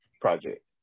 project